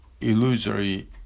illusory